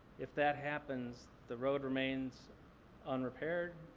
if that happens, the road remains unrepaired.